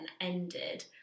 ended